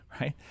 right